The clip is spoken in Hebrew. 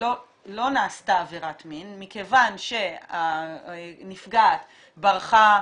לא נעשתה עבירת מין, מכיוון שהנפגעת ברחה,